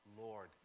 Lord